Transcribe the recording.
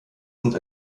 sind